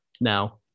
Now